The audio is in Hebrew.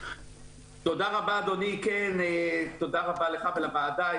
תודה רבה, אדוני, תודה רבה לך ולוועדה.